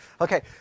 Okay